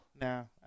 No